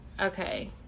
okay